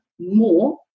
more